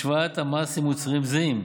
השוואת המס למוצרים זהים,